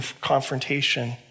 confrontation